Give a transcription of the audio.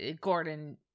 gordon